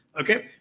Okay